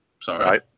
Sorry